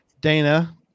Dana